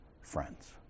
friends